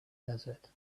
desert